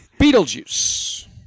Beetlejuice